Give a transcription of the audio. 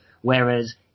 Whereas